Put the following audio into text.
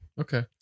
Okay